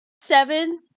seven